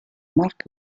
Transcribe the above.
marc